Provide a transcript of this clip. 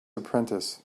apprentice